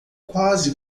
quase